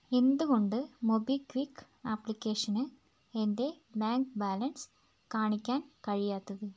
എന്തുകൊണ്ട് മൊബിക്വിക്ക് ആപ്ലിക്കേഷന് എൻ്റെ ബാങ്ക് ബാലൻസ് കാണിക്കാൻ കഴിയാത്തത്